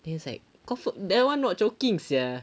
then it's like confirm that one not choking sia